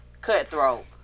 cutthroat